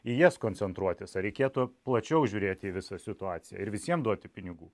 į jas koncentruotis ar reikėtų plačiau žiūrėti į visą situaciją ir visiem duoti pinigų